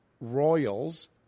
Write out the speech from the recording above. royals